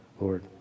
Lord